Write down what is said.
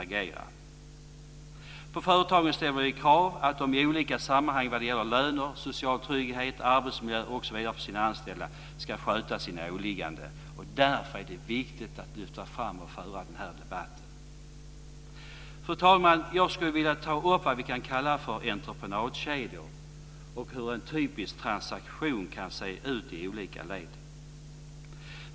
Vi ställer krav på företagen att de i olika sammanhang vad gäller löner, social trygghet, arbetsmiljö osv. ska sköta sina åligganden för sina anställda. Därför är det viktigt att lyfta fram och föra debatten. Fru talman! Jag skulle vilja ta upp vad vi kan kalla för entreprenadkedjor och hur en typisk transaktion kan se ut i olika led.